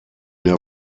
der